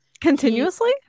continuously